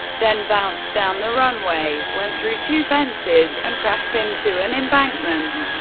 then bounced down the runway, went through two fences, and crashed into an embankment.